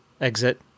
exit